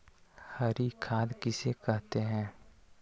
हरी खाद किसे कहते हैं?